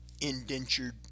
indentured